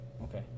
Okay